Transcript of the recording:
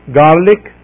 garlic